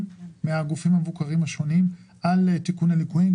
מהגופים המבוקרים השונים על תיקון הליקויים.